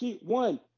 one